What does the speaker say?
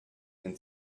and